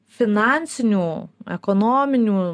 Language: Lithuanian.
finansinių ekonominių